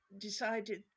decided